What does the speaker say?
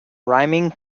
rhyming